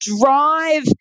drive